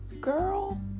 girl